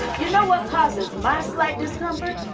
you know what causes my slight discomfort?